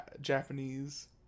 Japanese